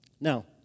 Now